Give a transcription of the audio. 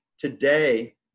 Today